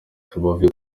avuye